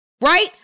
right